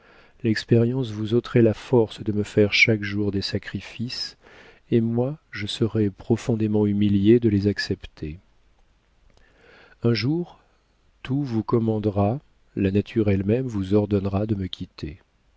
l'expérience vous ôterait la force de me faire chaque jour des sacrifices et moi je serais profondément humiliée de les accepter un jour tout vous commandera la nature elle-même vous ordonnera de me quitter